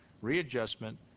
readjustment